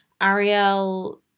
Ariel